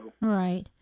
Right